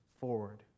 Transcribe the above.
forward